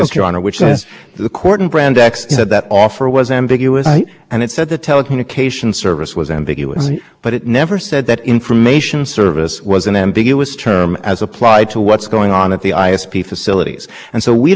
the information service also fits under the management exception how does that help you well if the information service fit under the management exception we would lose but our position is that it doesn't